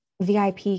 VIP